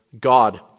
God